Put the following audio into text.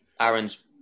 aaron's